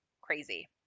crazy